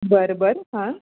बरं बरं हां